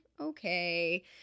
okay